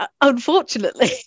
unfortunately